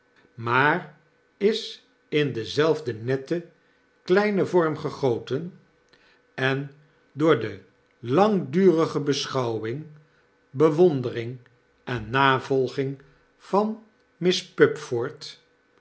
maar is in denzelfden netten kleinen vorm gegoten en door de langdurige beschoumopes de kluizenaar wing bewondering en navolging van miss